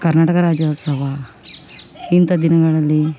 ಕರ್ನಾಟಕ ರಾಜ್ಯೋತ್ಸವ ಇಂಥ ದಿನಗಳಲ್ಲಿ